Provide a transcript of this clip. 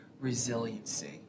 resiliency